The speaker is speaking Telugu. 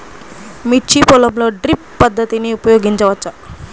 మిర్చి పొలంలో డ్రిప్ పద్ధతిని ఉపయోగించవచ్చా?